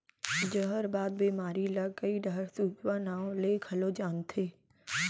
जहरबाद बेमारी ल कइ डहर सूजवा नांव ले घलौ जानथें